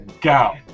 go